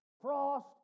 frost